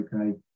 okay